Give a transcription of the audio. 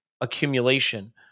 accumulation